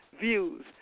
views